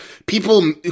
people